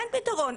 אין פתרון.